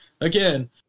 again